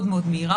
מאוד מאוד מהירה,